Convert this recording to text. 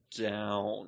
down